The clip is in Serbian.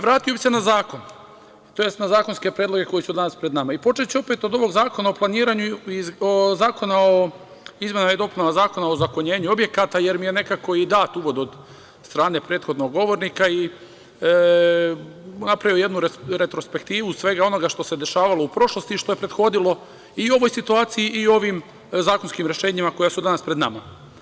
Vratio bih se na zakon, tj. na zakonske predloge koji su danas pred nama, i počeću opet od ovog Zakona o planiranju i izmenama i dopunama Zakona o ozakonjenju objekata, jer mi je nekako i dat uvod od strane prethodnog govornika i napravio jednu retrospektivu svega onoga što se dešavalo u prošlosti i što je prethodilo i ovoj situaciji i ovim zakonskim rešenjima koja su danas pred nama.